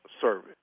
service